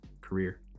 career